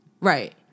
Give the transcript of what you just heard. Right